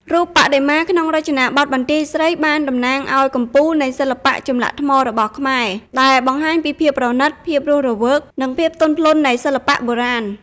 រូបបដិមាក្នុងរចនាបថបន្ទាយស្រីបានតំណាងឱ្យ កំពូលនៃសិល្បៈចម្លាក់ថ្ម របស់ខ្មែរ ដែលបង្ហាញពីភាពប្រណិត ភាពរស់រវើក និងភាពទន់ភ្លន់នៃសិល្បៈបុរាណ។